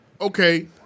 Okay